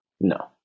No